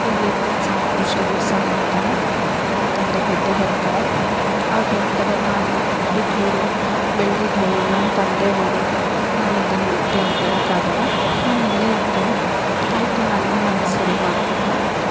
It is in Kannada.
ಇಲ್ಲಿದ್ದಿದ್ದು ಸಾಕು ಇಷ್ಟು ದಿವಸ ಅನ್ನೋ ಥರ ನಮ್ಮ ತಂದೆ ಬುದ್ದಿ ಹೇಳ್ತಾರೆ ಅವ್ರು ಹೇಳ್ತಾರೆ ನಾನು ಹುಟ್ಟಿದ ಊರು ಬೆಳ್ದಿದ್ದ ಊರು ನನ್ನ ತಂದೆ ಊರು ನಾನು ಇದನ್ನು ಬಿಟ್ಟು ಎಲ್ಲೂ ಬರೋಕ್ಕಾಗಲ್ಲ ನಾನು ಇಲ್ಲೇ ಇರ್ತೀನಿ ಆಯಿತು ನಾನು ನಾನು ಸರಿ ಮಾಡ್ಕೊತೀನಿ